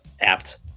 apt